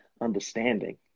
understanding